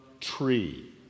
tree